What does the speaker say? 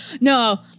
no